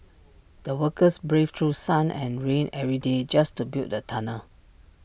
the workers braved through sun and rain every day just to build the tunnel